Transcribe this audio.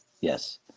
yes